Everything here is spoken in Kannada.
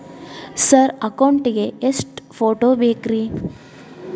ಸರ್ ಅಕೌಂಟ್ ಗೇ ಎಷ್ಟು ಫೋಟೋ ಬೇಕ್ರಿ?